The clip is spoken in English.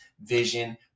Vision